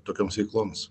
tokioms veikloms